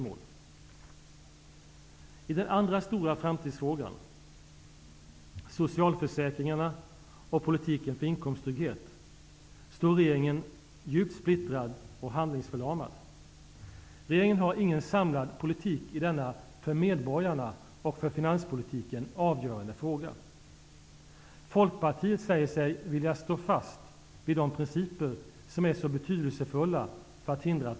Men detta räcker inte till för att Sverige skall komma ur den kris vi nu upplever på arbetsmarknaden. Det är den svaga efterfrågan från hemmamarknaden som är orsaken till att produktionen krymper och att arbetslösheten skjuter i höjden.